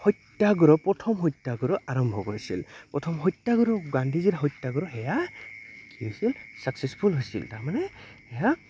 সত্যাগ্ৰহ প্ৰথম সত্যাগ্ৰহ আৰম্ভ কৰিছিল প্ৰথম সত্যাগুৰু গান্ধীজীৰ সত্যাগুৰু সেয়া কি হৈছিল ছাকচেছফুল হৈছিল তাৰমানে সেয়া